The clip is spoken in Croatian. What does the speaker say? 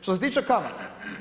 Što se tiče kamata.